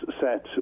set